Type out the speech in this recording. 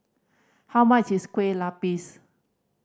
how much is Kueh Lapis